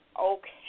Okay